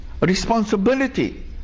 responsibility